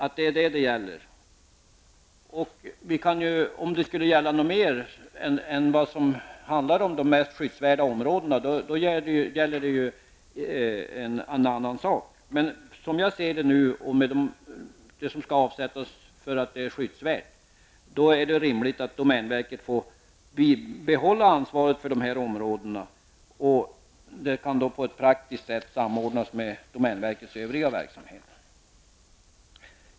Om det skulle gälla något mer än de skyddsvärda områdena, så är det en annan sak. Men som jag ser det nu -- med tanke på det som skall avsättas för att det är skyddsvärt -- är det rimligt att domänverket får behålla ansvaret för dessa områden. Skötseln kan då på ett praktiskt sätt samordnas med domänverkets övriga verksamhet.